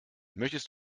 möchtest